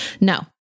no